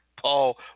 Paul